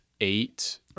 eight